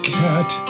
cat